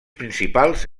principals